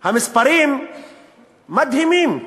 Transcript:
המספרים מדהימים,